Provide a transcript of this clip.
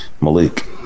Malik